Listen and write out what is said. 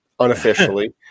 unofficially